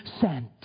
sent